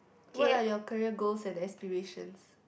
what are your career goals and aspirations